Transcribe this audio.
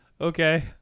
Okay